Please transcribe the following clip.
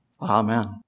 Amen